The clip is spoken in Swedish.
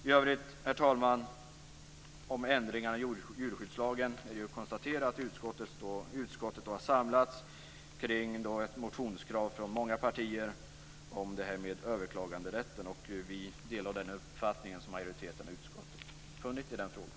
I övrigt har det i fråga om ändringar i djurskyddslagen konstaterats att utskottet har samlats kring ett motionskrav från många partier om överklaganderätten. Vi delar den uppfattning som majoriteten i utskottet har i den frågan.